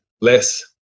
less